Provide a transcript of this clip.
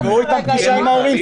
תקבעו פגישה עם ההורים.